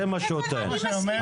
זה מה שהוא טוען.